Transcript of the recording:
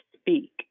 speak